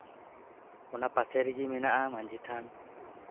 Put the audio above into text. ᱚᱱᱟ ᱯᱟᱥᱮ ᱨᱮᱜᱮ ᱢᱮᱱᱟᱜᱼᱟ ᱢᱟᱺᱡᱷᱤ ᱛᱷᱟᱱ